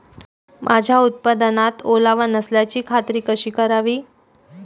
माझ्या उत्पादनात ओलावा नसल्याची खात्री कशी करावी?